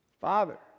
Father